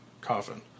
coffin